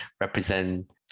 represent